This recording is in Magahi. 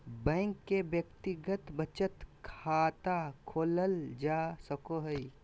बैंक में व्यक्तिगत बचत खाता खोलल जा सको हइ